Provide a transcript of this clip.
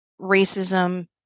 racism